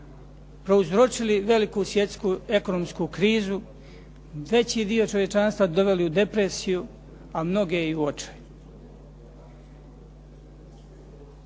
prouzročili veliku svjetsku ekonomsku krizu, veći dio čovječanstva doveli u depresiju, a mnoge i u očaj.